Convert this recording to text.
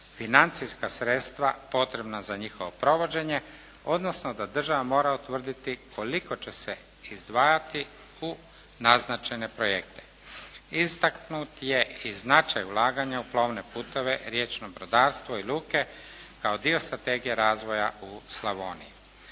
financijska sredstva potrebna za njihovo provođenje odnosno da država mora utvrditi koliko će se izdvajati u naznačene projekte. Istaknut je i značaj ulaganja u plovne puteve, riječno brodarstvo i luke kao dio strategije razvoja u Slavoniji.